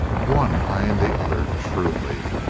one eyeing the other shrewdly.